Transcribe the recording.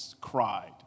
cried